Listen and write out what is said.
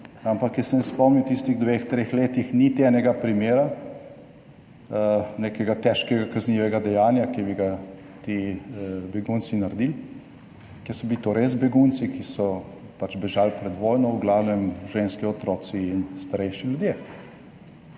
jaz se ne spomnim, v tistih dveh, treh letih niti enega primera nekega težkega kaznivega dejanja, ki bi ga ti begunci naredili, ker so bili to res begunci, ki so bežali pred vojno, v glavnem ženske, otroci in starejši ljudje.